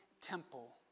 temple